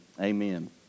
Amen